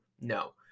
No